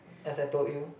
as I told you